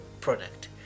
product